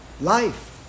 Life